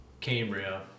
Cambria